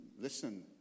listen